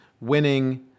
winning